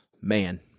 man